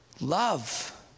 love